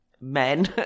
men